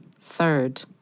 third